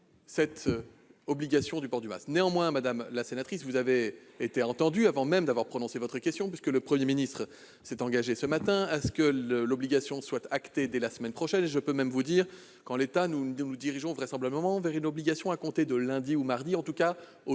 Néanmoins, madame la sénatrice, vous avez été entendue avant même d'avoir posé votre question, puisque le Premier ministre s'est engagé ce matin à ce que l'obligation soit entérinée dès la semaine prochaine. Je peux même vous dire que, en l'état actuel de la réflexion, nous nous dirigeons vraisemblablement vers une obligation à compter de lundi ou mardi, en tout cas du tout début